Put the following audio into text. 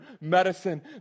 medicine